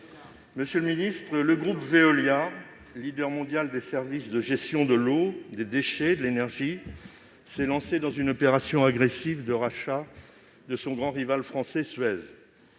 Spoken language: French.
et de la relance. Le groupe Veolia, leader mondial des services de gestion de l'eau, des déchets et de l'énergie, s'est lancé dans une opération agressive de rachat de son grand rival français, Suez.